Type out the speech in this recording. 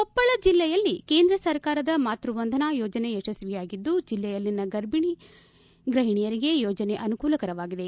ಕೊಪ್ಪಳ ಜಿಲ್ಲೆಯಲ್ಲಿ ಕೇಂದ್ರ ಸರ್ಕಾರದ ಮಾತ್ಯವಂದನಾ ಯೋಜನೆ ಯಶಸ್ವಿಯಾಗಿದ್ದು ಜಿಲ್ಲೆಯಲ್ಲಿನ ಗರ್ಭಿಣಿ ಗೃಹಿಣಿಯರಿಗೆ ಯೋಜನೆ ಅನುಕೂಲಕರವಾಗಿದೆ